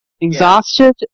Exhausted